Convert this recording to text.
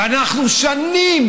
ואנחנו שנים,